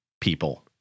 people